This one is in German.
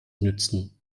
nützen